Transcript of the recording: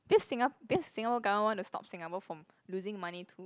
this Singa~ this Singapore government want to stop Singapore from losing money to